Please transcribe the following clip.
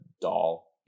doll